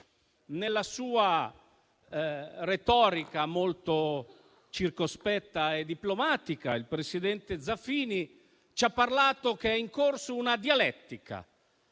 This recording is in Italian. Nella sua retorica molto circospetta e diplomatica, il presidente Zaffini ci ha detto che è in corso una dialettica,